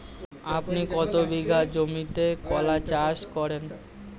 আপনি কত বিঘা জমিতে কলা চাষ করেন?